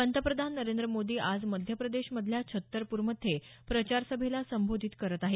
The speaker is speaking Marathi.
पंतप्रधान नरेंद्र मोदी आज मध्यप्रदेशमधल्या छत्तरपूरमध्ये प्रचारसभेला संबोधित करत आहेत